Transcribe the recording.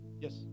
Yes